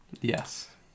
Yes